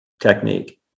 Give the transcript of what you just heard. technique